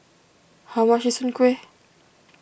how much is Soon Kueh